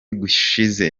gushize